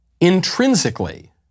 intrinsically